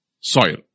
soil